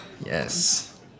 Yes